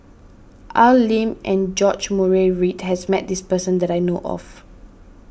Al Lim and George Murray Reith has met this person that I know of